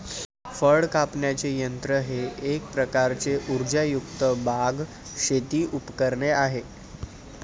फळ कापण्याचे यंत्र हे एक प्रकारचे उर्जायुक्त बाग, शेती उपकरणे आहे